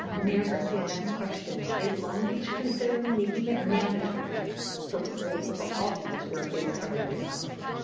ah mayor garcia next question is long beach considering making it mandatory for people for all people to wear face coverings in public?